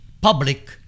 public